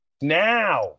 Now